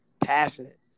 passionate